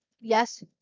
yes